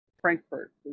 Frankfurt